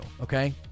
okay